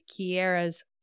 kiera's